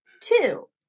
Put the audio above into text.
two